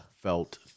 felt